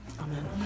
Amen